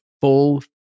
full